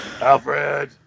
Alfred